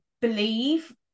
believe